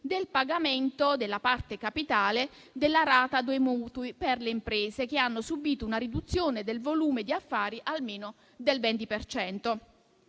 del pagamento della parte capitale della rata dei mutui per le imprese che hanno subìto una riduzione del volume di affari di almeno il 20